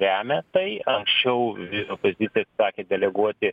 remia tai anksčiau vis opozicija atsisakė deleguoti